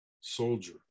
soldier